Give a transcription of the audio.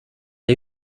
est